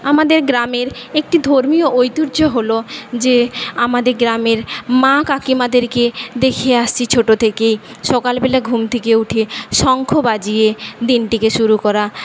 আমাদের গ্রামের একটি ধর্মীয় ঐতিহ্য হল যে আমাদের গ্রামের মা কাকিমাদেরকে দেখে আসছি ছোটো থেকে সকালবেলা ঘুম থেকে উঠে শঙ্খ বাজিয়ে দিনটিকে শুরু করা